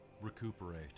recuperate